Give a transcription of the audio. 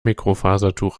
mikrofasertuch